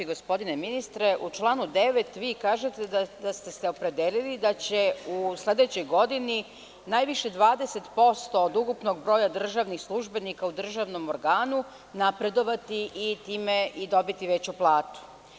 Gospodine ministre, u članu 9. vi kažete da ste se opredelili da će u sledećoj godini najviše 20% od ukupnog broja državnih službenika u državnom organu napredovati i time dobiti veću platu.